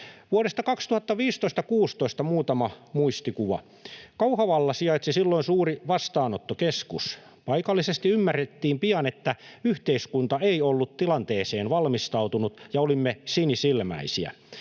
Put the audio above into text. Vuodesta 2015—16 muutama muistikuva: Kauhavalla sijaitsi silloin suuri vastaanottokeskus. Paikallisesti ymmärrettiin pian, että yhteiskunta ei ollut tilanteeseen valmistautunut ja olimme sinisilmäisiä.